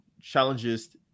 challenges